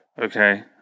Okay